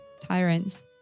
tyrants